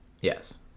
Yes